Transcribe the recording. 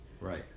Right